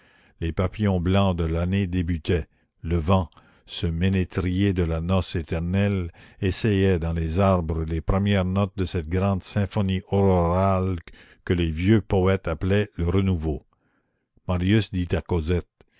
les papillons blancs de l'année débutaient le vent ce ménétrier de la noce éternelle essayait dans les arbres les premières notes de cette grande symphonie aurorale que les vieux poètes appelaient le renouveau marius dit à cosette